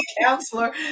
counselor